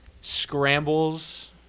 scrambles